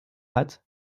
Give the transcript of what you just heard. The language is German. hat